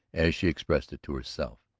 as she expressed it to herself.